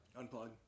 unplug